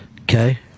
okay